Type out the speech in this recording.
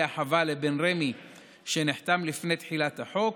החווה לבין רמ"י שנחתם לפני תחילת החוק,